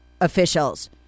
officials